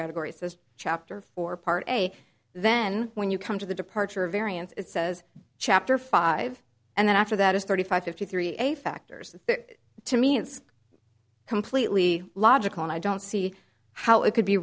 category says chapter four part a then when you come to the departure of variance it says chapter five and then after that is thirty five fifty three a factors that to me it's completely logical and i don't see how it could be